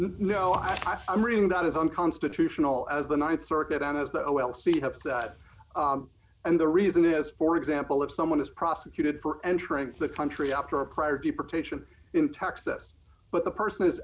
no i mean that is unconstitutional as the th circuit an is the o l speedups that and the reason is for example if someone is prosecuted for entering the country after a prior deportation in texas but the person is